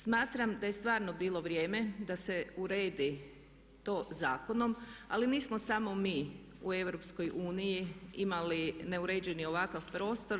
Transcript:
Smatram da je stvarno bilo vrijeme da se uredi to zakonom ali nismo samo mi u EU imali neuređeni ovakav prostor.